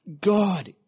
God